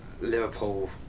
Liverpool